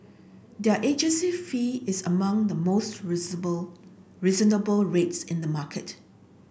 their agency fee is among the most reasonable rates in the market